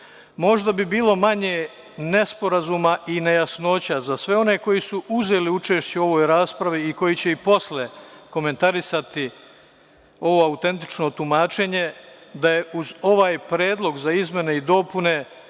Možda bi bilo manje nesporazuma i nejasnoća za sve one koji su uzeli učešće u ovoj raspravi i koji će i posle komentarisati ovo autentično tumačenje da je uz ovaj predlog za izmene i dopune